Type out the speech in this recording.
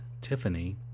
Tiffany